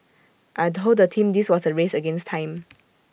I Told the team this was A race against time